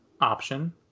option